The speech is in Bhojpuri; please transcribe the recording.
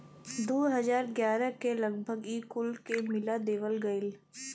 दू हज़ार ग्यारह के लगभग ई कुल के मिला देवल गएल